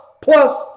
plus